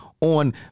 on